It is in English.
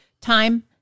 Time